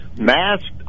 masked